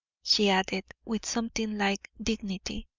she added, with something like dignity.